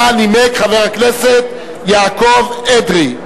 נימק אותה חבר הכנסת יעקב אדרי.